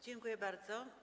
Dziękuję bardzo.